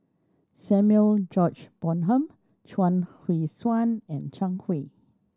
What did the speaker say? Samuel George Bonham Chuang Hui Tsuan and Zhang Hui